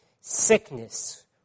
sickness